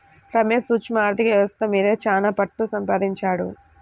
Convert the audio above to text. రమేష్ సూక్ష్మ ఆర్ధిక వ్యవస్థ మీద చాలా పట్టుసంపాదించాడు